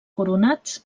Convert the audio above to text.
coronats